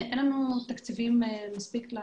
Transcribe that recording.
אין לנו מספיק תקציבים לאקדמיה